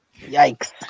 Yikes